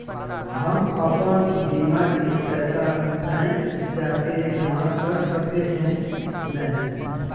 हम अपन बीमा के पैसा बैंक जाके जमा कर सके है नय?